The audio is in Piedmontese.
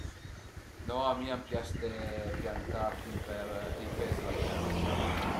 No, a mi an pias ste pianta cun i pesìla tèra